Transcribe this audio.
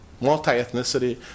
multi-ethnicity